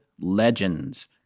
LEGENDS